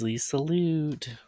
salute